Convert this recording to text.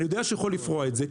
אני יודע שהוא יכול לפרוע את זה,